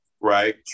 right